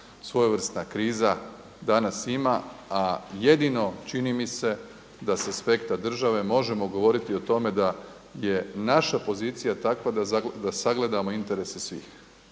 svojevrsna kriza danas ima, a jedino čini mi se da se s aspekta države možemo govoriti o tome da je naša pozicija takva da sagledamo interese svih,